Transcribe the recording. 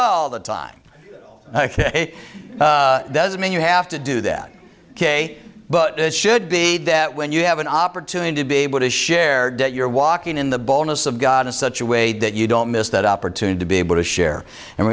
all the time it doesn't mean you have to do that ok but it should be that when you have an opportunity to be able to share debt you're walking in the boldness of god in such a way that you don't miss that opportunity to be able to share and